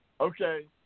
Okay